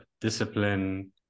discipline